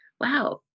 Wow